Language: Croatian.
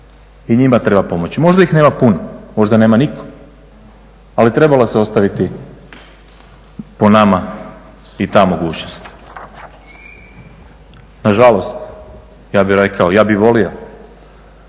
I njima treba pomoći, možda ih nema puno, možda nema nitko ali trebalo se ostaviti po nama i ta mogućnost. Nažalost ja bih rekao, ja bih volio,